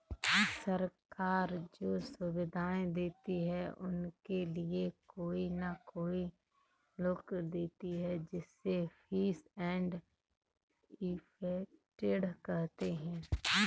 सरकार जो सुविधाएं देती है उनके लिए कोई न कोई शुल्क लेती है जिसे फीस एंड इफेक्टिव कहते हैं